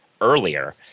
earlier